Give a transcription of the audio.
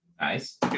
Nice